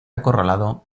acorralado